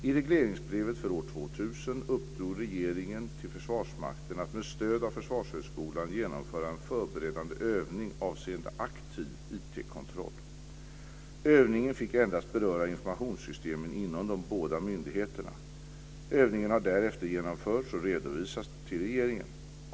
I regleringsbrevet för år 2000 uppdrog regeringen till Försvarsmakten att med stöd av Försvarshögskolan genomföra en förberedande övning avseende aktiv IT-kontroll. Övningen fick endast beröra informationssystemen inom de båda myndigheterna. Övningen har därefter genomförts och redovisats till regeringen.